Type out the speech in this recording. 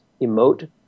emote